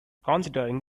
considering